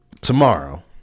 tomorrow